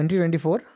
2024